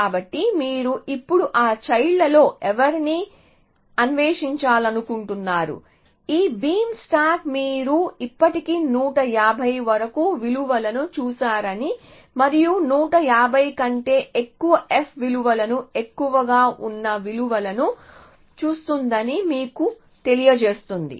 కాబట్టి మీరు ఇప్పుడు ఆ చైల్డ్ లలో ఎవరిని అన్వేషించాలనుకుంటున్నారు ఈ బీమ్ స్టాక్ మీరు ఇప్పటికే 150 వరకు విలువలను చూశారని మరియు 150 కంటే ఎక్కువ f విలువలను ఎక్కువగా ఉన్న విలువను చూస్తుందని మీకు తెలియజేస్తుంది